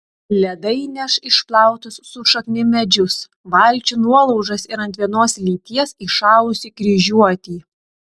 ledai neš išplautus su šaknim medžius valčių nuolaužas ir ant vienos lyties įšalusį kryžiuotį